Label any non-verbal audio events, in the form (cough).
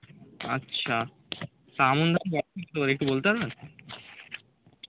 আচ্ছা তা আমন ধান (unintelligible) একটু বলতে পারবেন